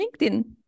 LinkedIn